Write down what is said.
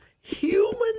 human